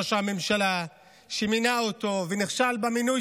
ומראש הממשלה שמינה אותו ונכשל במינוי